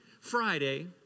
Friday